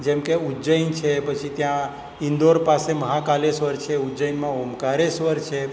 જેમ કે ઉજ્જૈન છે પછી ત્યાં ઈન્દોર પાસે મહાકાલેશ્વર છે ઉજ્જૈનમાં ઓમકારેશ્વર છે